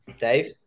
Dave